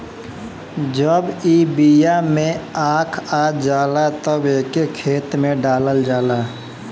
जब ई बिया में आँख आ जाला तब एके खेते में डालल जाला